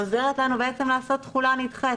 עוזרת לנו לעשות תחולה נדחית.